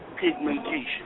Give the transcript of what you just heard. Pigmentation